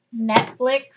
netflix